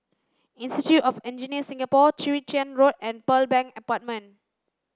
Institute of Engineers Singapore Chwee Chian Road and Pearl Bank Apartment